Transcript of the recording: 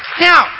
Now